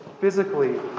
physically